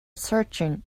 searching